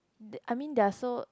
I mean there are so